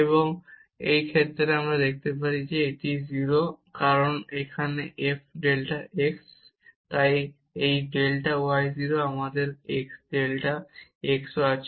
এবং এই ক্ষেত্রে আমরা দেখাতে পারি যে এটি 0 কারণ এখানে f ডেল্টা x তাই এই ডেল্টা y 0 এবং আমাদের ডেল্টা x আছে